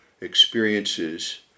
experiences